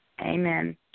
Amen